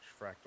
Fractal